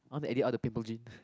I want to edit other people gene